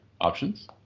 options